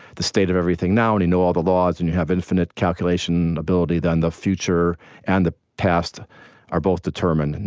the state of everything now, and you know all the laws, and you have infinite calculation ability, then the future and the past are both determined. and